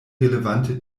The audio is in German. relevante